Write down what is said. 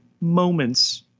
moments